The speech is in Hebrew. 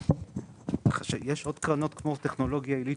בנאמנות."; יש עוד קרנות כמו טכנולוגיה עילית,